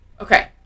Okay